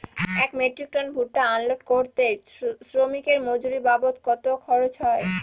এক metric ton ভুট্টা unload করতে শ্রমিকের মজুরি বাবদ কত খরচ হয়?